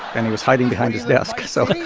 and he was hiding behind his desk so,